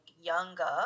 younger